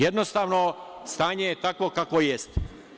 Jednostavno, stanje je takvo kakvo jeste.